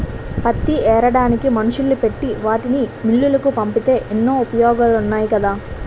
పత్తి ఏరడానికి మనుషుల్ని పెట్టి వాటిని మిల్లులకు పంపితే ఎన్నో ఉపయోగాలున్నాయి కదా